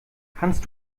kannst